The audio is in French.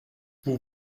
vous